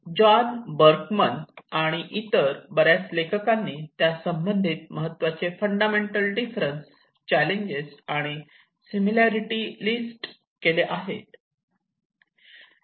John Berkman आणि इतर बऱ्याच लेखकांनी त्यासंबंधित महत्त्वाचे फंडामेंटल डिफरन्स चॅलेंजेस आणि सिमिलॅरिटी लिस्ट केले आहे